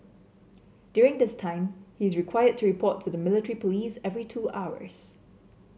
during this time he is required to report to the military police every two hours